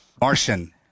Martian